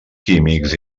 químics